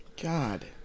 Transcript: God